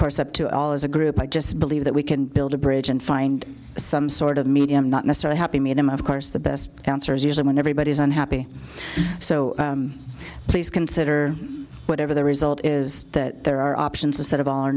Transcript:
course up to all as a group i just believe that we can build a bridge and find some sort of medium not mr happy medium of course the best answer is usually when everybody is unhappy so please consider whatever the result is that there are options instead of all or